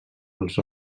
els